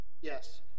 Yes